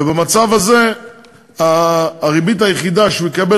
ובמצב כזה הריבית היחידה שהוא יקבל